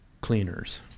Cleaners